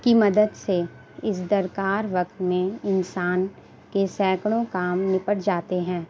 کی مدد سے اس درکار وقت میں انسان کے سینکڑوں کام نپٹ جاتے ہیں